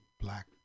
Black